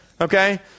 Okay